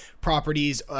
properties